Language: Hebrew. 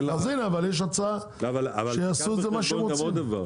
אבל יש הצעה שיעשו מה שהם רוצים.